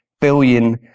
billion